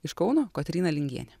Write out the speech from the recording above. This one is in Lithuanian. iš kauno kotryna lingienė